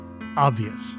obvious